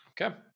Okay